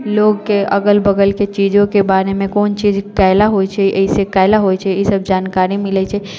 लोककेँ अगल बगलके चीजोके बारेमे कोन चीज किया होइत छै एहिसँ की होइत छै ई सभ जानकारी मिलैत छै